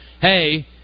hey